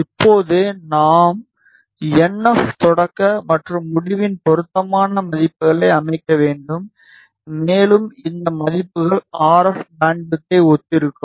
இப்போது நாம் N F தொடக்க மற்றும் முடிவின் பொருத்தமான மதிப்புகளை அமைக்க வேண்டும் மேலும் இந்த மதிப்புகள் ஆர்எஃப் பேண்ட்விட்தை ஒத்திருக்கும்